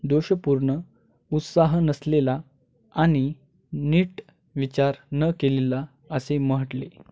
दोषपूर्ण उत्साह नसलेला आणि नीट विचार न केलेला असे म्हटले